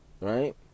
right